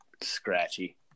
scratchy